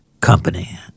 company